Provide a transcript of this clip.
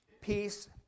Peace